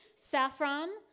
saffron